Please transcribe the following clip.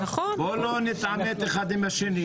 בואו לא נתעמת אחד עם השני.